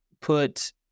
put